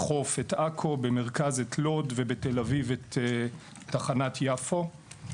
בחוף את עכו; במרכז את לוד; ובתל אביב את תחנת יפו.